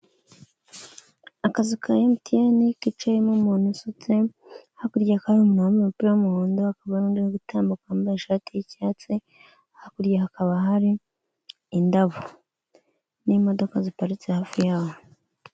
Akazu ka emutiyene kicayemo umuntu usutse, hakurya hakaba hari umuntu wambaye umupira w'umuhondo hakaba hari undi uri gutambuka wambaye ishati y'icyatsi, hakurya hakaba hari indabo n'imodoka ziparitse hafi yaho.